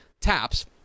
TAPS